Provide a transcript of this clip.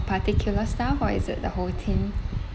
particular staff or is it the whole team